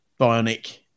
Bionic